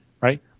right